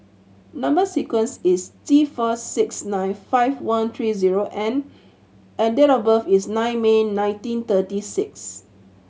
number sequence is T four six nine five one three zero N and date of birth is nine May nineteen thirty six